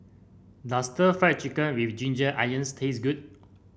does Stir Fried Chicken with Ginger Onions taste good